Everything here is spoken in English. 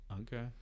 okay